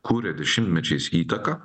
kuria dešimtmečiais įtaką